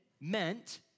meant